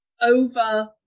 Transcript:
over